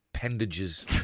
Appendages